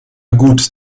gut